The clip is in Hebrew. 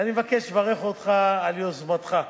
ואני מבקש לברך אותך על יוזמתך.